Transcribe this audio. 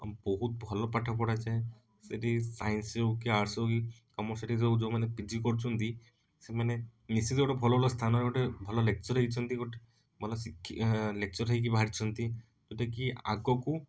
ବହୁତ ଭଲ ପାଠ ପଢ଼ାଯାଏ ସେଇଠି ସାଇନ୍ସ ହଉ କି ଆର୍ଟସ୍ ହଉ କି କମର୍ସ ସେଠି ଯେଉଁ ମାନେ ପି ଜି କରୁଛନ୍ତି ସେମାନେ ନିଶ୍ଚିନ୍ତ ଗୋଟେ ଭଲ ଭଲ ସ୍ଥାନରେ ଗୋଟେ ଭଲ ଲେକ୍ଚର ହେଇଛନ୍ତି ଗୋଟେ ଭଲ ଶିକ୍ଷି ଲେକ୍ଚର ହେଇକି ବାହାରିଛନ୍ତି ଯେଉଁଟା କି ଆଗକୁ